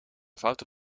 foute